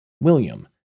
William